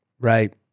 Right